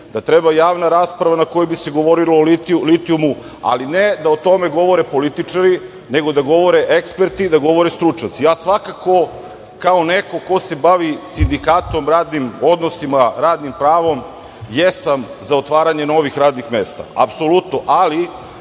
da treba javna rasprava na kojoj bi se govorilo o litijumu, ali ne da o tome govore političari, nego da govore eksperti, da govore stručnjaci. Ja svakako, kao neko ko se bavi sindikatom, radnim odnosima, radnim pravom, jesam za otvaranje novih radnih mesta, apsolutno, ali